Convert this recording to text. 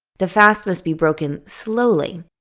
the fast must be broken slowly.